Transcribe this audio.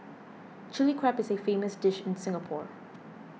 Chilli Crab is a famous dish in Singapore